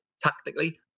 tactically